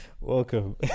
welcome